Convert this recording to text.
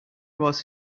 was